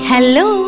Hello